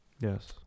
yes